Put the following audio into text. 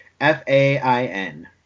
F-A-I-N